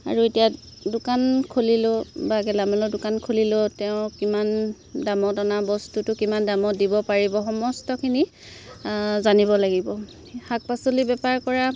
আৰু এতিয়া দোকান খুলিলেও বা গেলামালৰ দোকান খুলিলেও তেওঁ কিমান দামত অনা বস্তুটো কিমান দামত দিব পাৰিব সমস্তখিনি জানিব লাগিব শাক পাচলি বেপাৰ কৰা